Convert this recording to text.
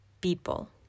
people